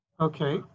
Okay